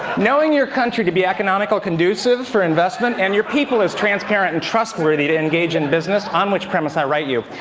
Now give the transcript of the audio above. knowing your country to be economical conducive for investment, and your people as transparent and trustworthy to engage in business, on which premise i write you.